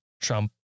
Trump